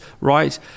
Right